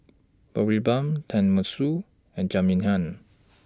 Boribap Tenmusu and Jajangmyeon